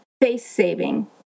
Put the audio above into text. face-saving